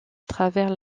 travers